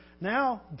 now